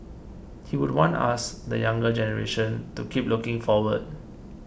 he would want us the younger generation to keep looking forward